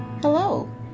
hello